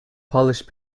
polish